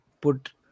put